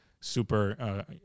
super